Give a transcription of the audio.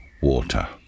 water